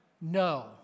No